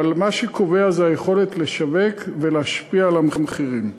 אבל מה שקובע זה היכולת לשווק ולהשפיע על המחירים.